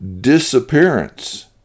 disappearance